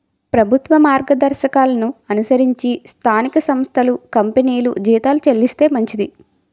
ప్రభుత్వ మార్గదర్శకాలను అనుసరించి స్థానిక సంస్థలు కంపెనీలు జీతాలు చెల్లిస్తే మంచిది